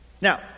Now